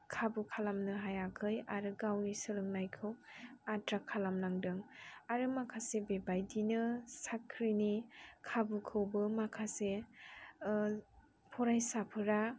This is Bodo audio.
खाबु खालामनो हायाखै आरो गावनि सोलोंनायखौ आद्रा खालामनांदों आरो माखासे बेबायदिनो साख्रिनि खाबुखौबो माखासे फरायसाफोरा